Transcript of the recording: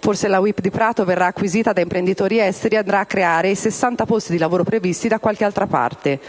Forse la WIP di Prato verrà acquisita da imprenditori esteri e andrà a creare i 60 posti di lavoro previsti da qualche altra parte.